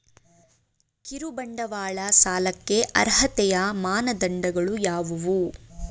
ಕಿರುಬಂಡವಾಳ ಸಾಲಕ್ಕೆ ಅರ್ಹತೆಯ ಮಾನದಂಡಗಳು ಯಾವುವು?